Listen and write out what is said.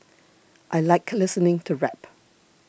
I like listening to rap